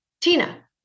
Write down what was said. Tina